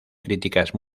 críticas